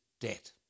debt